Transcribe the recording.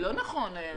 רגע.